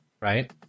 Right